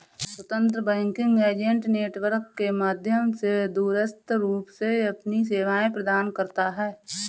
स्वतंत्र banking agent network के माध्यम से दूरस्थ रूप से अपनी सेवाएं प्रदान करता है